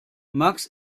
max